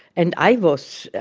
and i was,